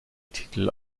titel